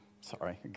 Sorry